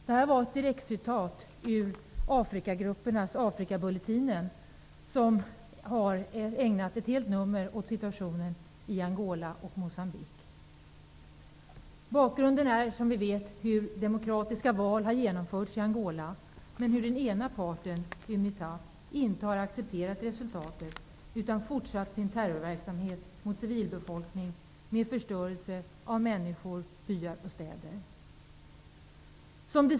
Detta var ett citat hämtat ur Afrikagruppernas Afrikabulletinen, som har ägnat ett helt nummer åt situationen i Angola och Moçambique. Som vi vet är bakgrunden att demokratiska val har genomförts i Angola. Men den ena parten, Unita, har inte accepterat resultatet utan har fortsatt sin terrorverksamhet mot civilbefolkning med förstörelse av människor, byar och städer som följd.